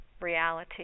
reality